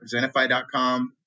Zenify.com